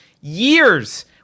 years